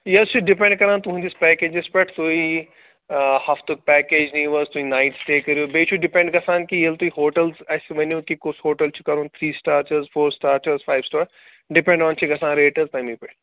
ہے یہِ حظ چھِ ڈِپٮ۪نٛڈ کران تُہٕنٛدِس پٮ۪کیجَس پٮ۪ٹھ ہفتُک پٮ۪کیج نِیِو حظ تُہۍ نایِٹ سِٹے کٔرِو بیٚیہِ چھُ ڈِپٮ۪نٛڈ گژھان کہِ ییٚلہِ تُہۍ ہوٹَل اَسہِ ؤنِو کہِ کُس ہوٹَل چھُ کَرُن تھِرٛی سِٹار چھِ حظ فور سِٹار چھِ حظ فایِو سِٹار ڈِپٮ۪نٛڈ آن چھِ گژھان ریٹ حظ تَمی پٮ۪ٹھ